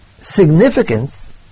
significance